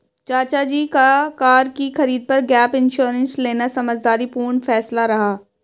चाचा जी का कार की खरीद पर गैप इंश्योरेंस लेना समझदारी पूर्ण फैसला रहा